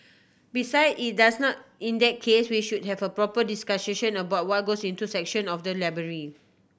beside is that's now India case we should have a proper discussion about what goes into section of the library